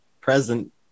Present